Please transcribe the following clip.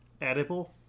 edible